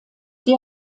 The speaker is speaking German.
die